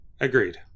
Agreed